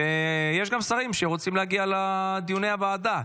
ויש גם שרים שרוצים להגיע לדיוני הוועדה.